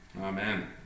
Amen